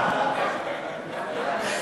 יפה.